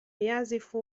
يعزف